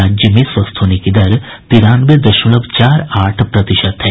राज्य में स्वस्थ होने की दर तिरानवे दशमलव चार आठ प्रतिशत है